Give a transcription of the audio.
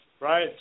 Right